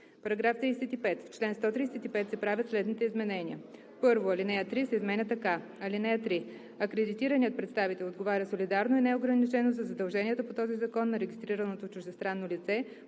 „§ 32. В чл. 135 се правят следните изменения и допълнения: 1. Алинея 3 се изменя така: „(3) Акредитираният представител отговаря солидарно и неограничено за задълженията по този закон на регистрираното чуждестранно лице,